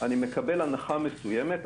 אני מקבל הנחה מסוימת,